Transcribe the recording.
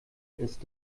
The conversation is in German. ist